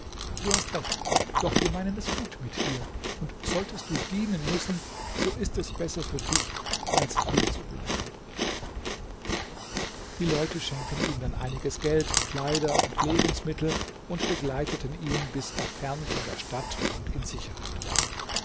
du hast recht doch wir meinen es gut mit dir und solltest du dienen müssen so ist es besser für dich als hier zu bleiben die leute schenkten ihm dann einiges geld kleider und lebensmittel und begleiteten ihn bis er fern von der stadt und in sicherheit war